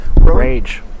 Rage